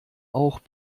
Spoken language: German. auch